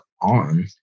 on